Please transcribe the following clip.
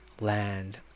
land